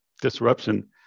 disruption